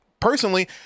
Personally